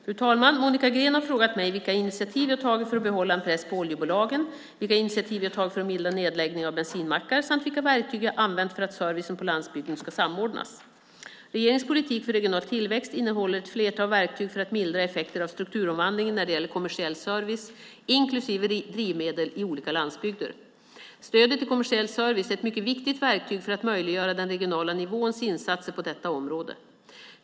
Fru talman! Monica Green har frågat mig vilka initiativ jag har tagit för att behålla en press på oljebolagen, vilka initiativ jag har tagit för att mildra nedläggningen av bensinmackar samt vilka verktyg jag har använt för att servicen på landsbygden ska samordnas. Regeringens politik för regional tillväxt innehåller ett flertal verktyg för att mildra effekter av strukturomvandlingen när det gäller kommersiell service, inklusive drivmedel, i olika landsbygder. Stödet till kommersiell service är ett mycket viktigt verktyg för att möjliggöra den regionala nivåns insatser på detta område.